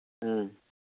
ꯑꯥ